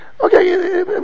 Okay